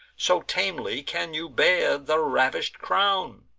so tamely can you bear the ravish'd crown,